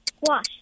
Wash